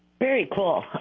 very cool